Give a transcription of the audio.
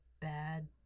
bad